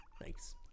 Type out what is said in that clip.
Thanks